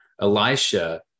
Elisha